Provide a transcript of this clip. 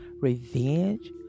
revenge